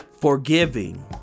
forgiving